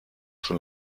schon